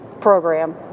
program